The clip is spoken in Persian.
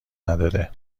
نداده